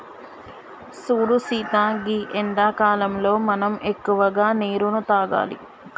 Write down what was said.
సూడు సీత గీ ఎండాకాలంలో మనం ఎక్కువగా నీరును తాగాలి